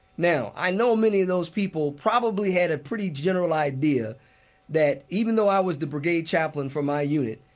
now, i know many of those people probably had a pretty general idea that, even though i was the brigade chaplain from my unit,